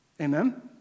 Amen